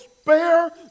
spare